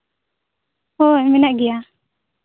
ᱦᱳᱭ ᱢᱮᱱᱟᱜ ᱜᱮᱭᱟ